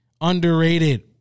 Underrated